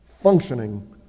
functioning